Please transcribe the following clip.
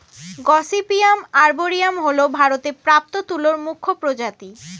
gossypium arboreum হল ভারতে প্রাপ্ত তুলোর মুখ্য প্রজাতি